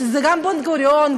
שגם בן-גוריון,